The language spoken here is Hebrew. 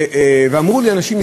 אמרו לי אנשים,